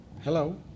Hello